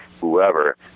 whoever